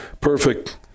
perfect